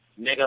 nigga